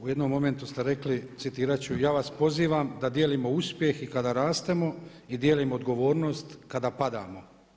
U jednom momentu ste rekli, citirat ću „ja vas pozivam da dijelimo uspjeh i kada rastemo i dijelimo odgovornost kada padamo“